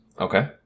Okay